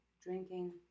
drinking